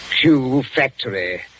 Q-Factory